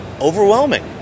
overwhelming